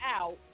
out